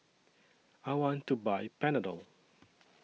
I want to Buy Panadol